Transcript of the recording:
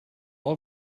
all